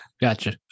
gotcha